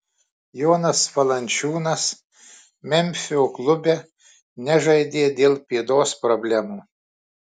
jonas valančiūnas memfio klube nežaidė dėl pėdos problemų